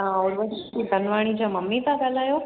तव्हां उर्वशी मनवाणी जा मम्मी था ॻाल्हायो